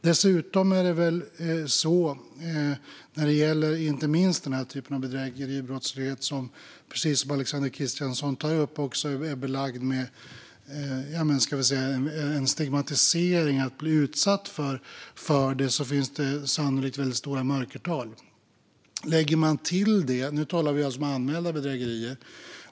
Att bli utsatt för den typ av bedrägeribrottslighet som Alexander Christiansson tar upp är dessutom belagt med stigmatisering, så det finns sannolikt stora mörkertal. Nu talar vi alltså om anmälda bedrägerier.